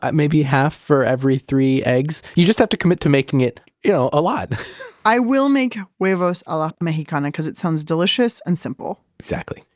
maybe half for every three eggs. you just have to commit to making it you know a lot i will make huevos ala mexicana because it sounds delicious and simple exactly,